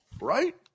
Right